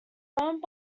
owned